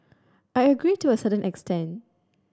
I agree to a certain extent